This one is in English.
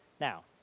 Now